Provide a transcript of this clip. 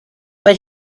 but